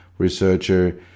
Researcher